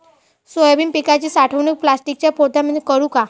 Soybean पिकाची साठवणूक प्लास्टिकच्या पोत्यामंदी करू का?